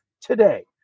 today